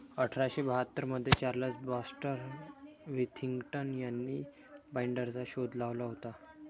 अठरा शे बाहत्तर मध्ये चार्ल्स बॅक्स्टर विथिंग्टन यांनी बाईंडरचा शोध लावला होता